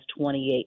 28